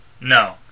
No